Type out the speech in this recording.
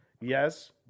Yes